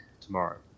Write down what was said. tomorrow